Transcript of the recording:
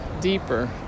deeper